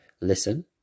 Listen